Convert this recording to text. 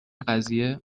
قضیه